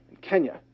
kenya